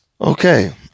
Okay